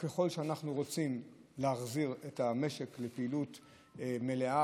ככל שאנחנו רוצים להחזיר את המשק לפעילות מלאה,